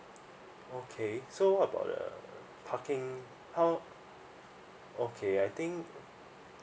okay so about the parking how okay I think